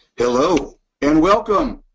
hello and welcome.